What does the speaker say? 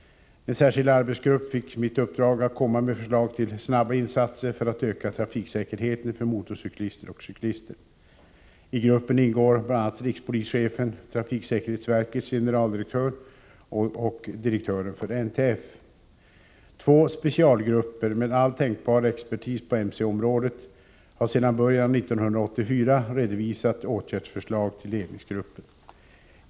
En särskild arbetsgrupp fick mitt uppdrag att komma med förslag till snabba insatser för att öka trafiksäkerheten för motorcyklister och cyklister. I gruppen ingår bl.a. rikspolischefen, trafiksäkerhetsverkets generaldirektör Nr 36 och direktören för NTF. Två specialgrupper — med all tänkbar expertis på Måndagen den mc-området — har sedan början av 1984 redovisat åtgärdsförslag till 26 november 1984 ledningsgruppen.